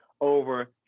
over